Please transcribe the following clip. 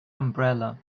umbrella